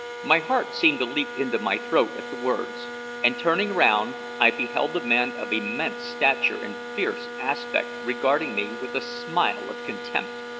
my heart seemed to leap into my throat at the words and turning round, i beheld a man of immense stature and fierce aspect regarding me with a smile of contempt.